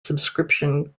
subscription